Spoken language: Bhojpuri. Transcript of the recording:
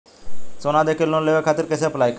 सोना देके लोन लेवे खातिर कैसे अप्लाई करम?